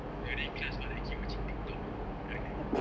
during class all I keep watching Tik Tok ah then